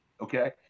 Okay